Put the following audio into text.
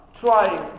trying